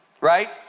Right